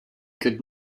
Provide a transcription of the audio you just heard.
could